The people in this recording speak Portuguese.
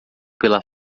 pela